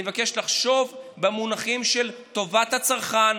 אני מבקש לחשוב במונחים של טובת הצרכן.